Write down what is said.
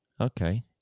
Okay